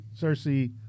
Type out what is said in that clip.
Cersei